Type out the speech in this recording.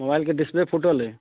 मोबाइलके डिसप्ले फूटल अइ